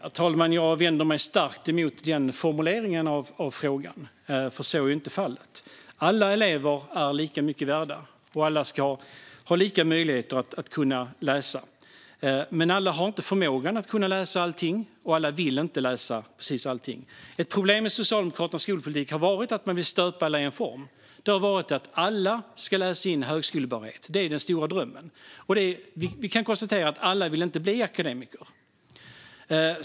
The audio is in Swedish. Herr talman! Jag vänder mig starkt emot formuleringen av frågan, för så är inte fallet. Alla elever är lika mycket värda, och alla ska ha samma möjligheter att kunna läsa. Men alla har inte förmågan att läsa allting, och alla vill inte läsa precis allting. Ett problem med Socialdemokraternas skolpolitik har varit att de velat stöpa alla i samma form. Alla ska läsa in högskolebehörighet. Det är den stora drömmen. Men vi kan konstatera att alla inte vill bli akademiker.